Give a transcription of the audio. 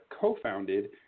co-founded